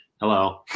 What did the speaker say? Hello